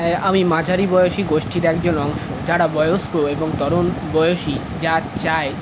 হ্যাঁ হ্যাঁ আমি মাঝারি বয়সী গোষ্ঠী তাই জন্য যারা বয়স্ক এবং তরুণ বয়সী যা চায়